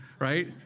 right